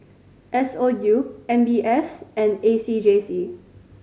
S O U M B S and A C J C